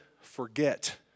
forget